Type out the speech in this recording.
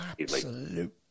absolute